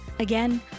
Again